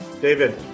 David